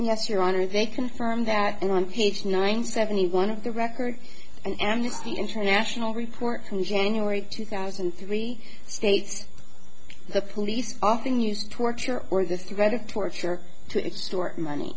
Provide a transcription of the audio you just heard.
yes your honor they confirm that on page nine seventy one of the record an amnesty international report in january two thousand and three states the police often use torture or the threat of torture to extort money